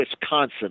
Wisconsin